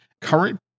Current